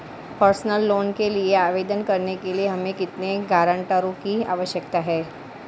Personal loan के लिए आवेदन करने के लिए हमें कितने गारंटरों की आवश्यकता है?